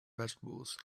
vegetables